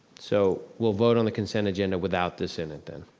so we'll vote on the consent agenda without this in it, then,